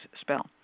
spell